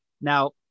now